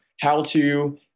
how-to